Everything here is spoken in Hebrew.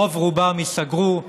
רוב-רובם ייסגרו,